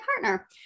partner